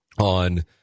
on